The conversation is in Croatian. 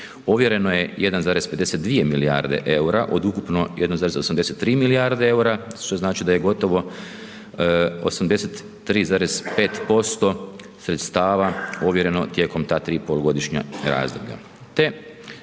Ovjereno je 1,52 milijarde eura od ukupno 1,83 milijarde eura, što znači da je gotovo 83,5% sredstava ovjereno tijekom ta 3 polugodišnja razdoblja